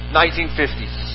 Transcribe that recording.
1950s